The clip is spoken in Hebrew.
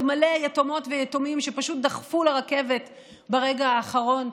מלא יתומות ויתומים שפשוט דחפו לרכבת ברגע האחרון,